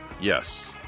Yes